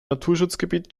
naturschutzgebiet